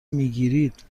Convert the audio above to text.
میگیرید